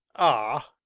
ah!